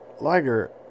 Liger